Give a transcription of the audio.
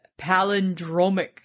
palindromic